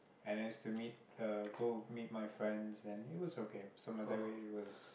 and I used to meet uh go meet my friends and it was okay so my that way was